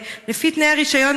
לפי תנאי הרישיון,